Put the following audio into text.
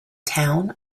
town